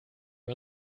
wir